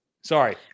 Sorry